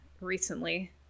recently